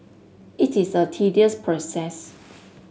it is a tedious process